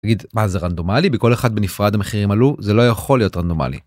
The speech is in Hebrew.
מה זה רנדומלי? בכל אחד בנפרד המחירים עלו, זה לא יכול להיות רנדומלי.